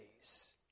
days